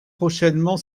prochainement